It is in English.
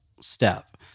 step